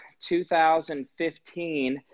2015